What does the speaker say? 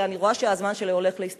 אני רואה שהזמן שלי מסתיים.